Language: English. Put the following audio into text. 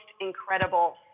incredible